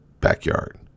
backyard